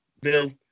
Bill